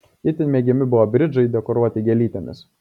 itin mėgiami buvo bridžai dekoruoti gėlytėmis